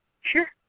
Sure